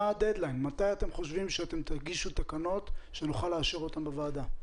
מתי אתם חושבים שתגישו תקנות שנוכל לאשר אותן בוועדה?